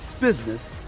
business